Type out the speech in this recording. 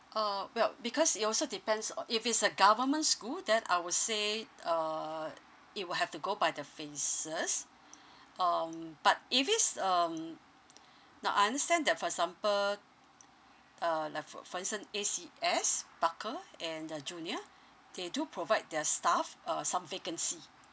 uh well because it also depends o~ if is a government school then I will say uh it will have to go by the phases um but if is um now I understand that for example uh like for for instance A_C_S barker and uh junior they do provide their staff uh some vacancy